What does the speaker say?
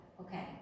okay